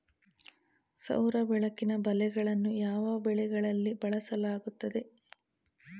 ಸೌರ ಬೆಳಕಿನ ಬಲೆಗಳನ್ನು ಯಾವ ಬೆಳೆಗಳಲ್ಲಿ ಬಳಸಲಾಗುತ್ತದೆ?